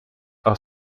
are